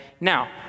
Now